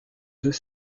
deux